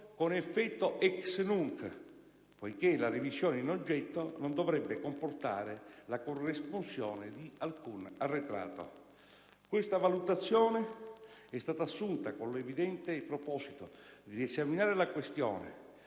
con effetto *ex nunc*, poiché la revisione in oggetto non dovrebbe comportare la corresponsione di alcun arretrato. Questa valutazione è stata assunta con l'evidente proposito di riesaminare la questione,